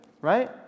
right